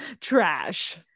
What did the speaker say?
trash